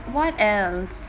what else